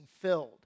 filled